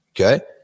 Okay